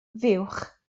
fuwch